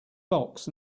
box